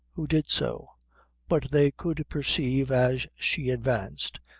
who did so but they could perceive as she advanced,